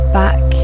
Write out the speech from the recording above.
back